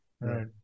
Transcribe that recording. Right